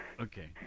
okay